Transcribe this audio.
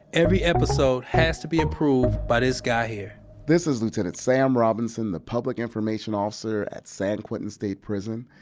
every episode has to be approved by this guy here this is lieutenant sam robinson, the public information officer at san quentin state prison.